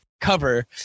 cover